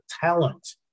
talent